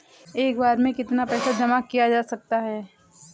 एक बार में कितना पैसा जमा किया जा सकता है?